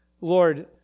Lord